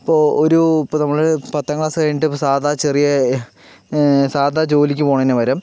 ഇപ്പോൾ ഒരു ഇപ്പോൾ നമ്മള് പത്താം ക്ലാസ് കഴിഞ്ഞിട്ട് ഇപ്പോൾ സാധാ ചെറിയ സാധാ ജോലിക്ക് പോണതിനു പകരം